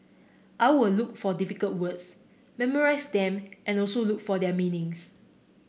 I will look for difficult words memorize them and also look for their meanings